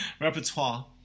Repertoire